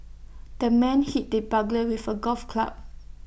the man hit the burglar with A golf club